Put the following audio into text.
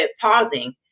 pausing